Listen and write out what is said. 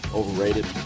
overrated